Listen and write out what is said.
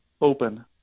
open